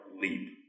leap